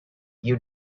you